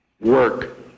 work